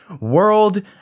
World